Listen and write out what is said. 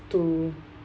to